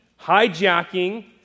hijacking